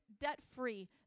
debt-free